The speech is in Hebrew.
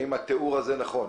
האם התיאור שלי נכון?